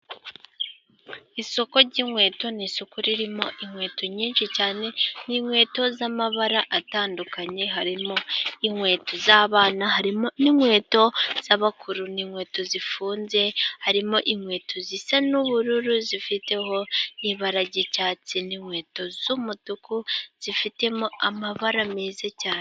Isoko ry'inkweto ni isoko ririmo inkweto nyinshi cyane, ni inkweto z'amabara atandukanye, harimo inkweto z'abana, harimo n'inkweto z'abakuru, inkweto zifunze, harimo inkweto zisa n'ubururu zifiteho ibara ry'icyatsi, n'inkweto z'umutuku zifitemo amabara meza cyane.